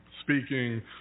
speaking